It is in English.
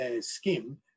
scheme